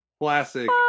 classic